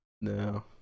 No